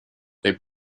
they